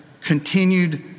continued